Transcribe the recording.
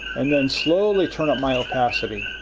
and then slowly turn up my opacity.